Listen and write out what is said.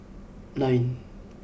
nine